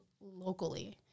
locally